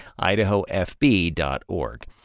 IdahoFB.org